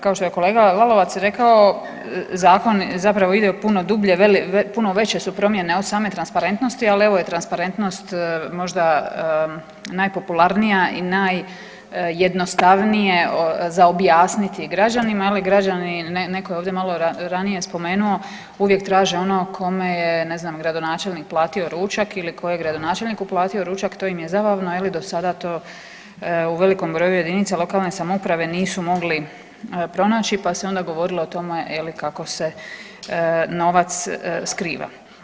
Kao što je kolega Lalovac rekao zakon ide puno dublje, puno veće su promjene od same transparentnosti ali evo i transparentnost možda najpopularnije i najjednostavnije za objasniti građanima je li građani netko je ovdje malo ranije spomenuo, uvijek traže ono kome je ne znam gradonačelnik platio ručak ili tko je gradonačelniku platio ručak, to im je zabavno je li do sada to u velikom broju jedinica lokalne samouprave nisu mogli pronaći pa se onda govorilo o tome je li kako se novac skriva.